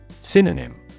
Synonym